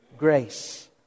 grace